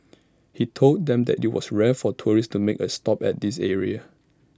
he told them that IT was rare for tourists to make A stop at this area